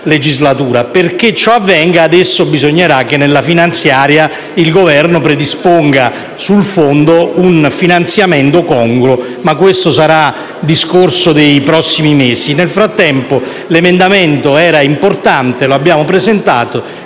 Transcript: legislatura. Perché ciò avvenga, adesso bisognerà che nella finanziaria il Governo predisponga un finanziamento congruo del fondo. Ma questo sarà discorso dei prossimi mesi. Nel frattempo, l'emendamento era importante, lo abbiamo presentato,